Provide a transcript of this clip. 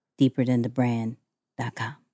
deeperthanthebrand.com